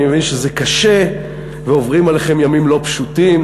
אני מבין שזה קשה ועוברים עליכם ימים לא פשוטים,